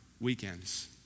weekends